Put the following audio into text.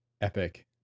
Epic